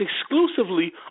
exclusively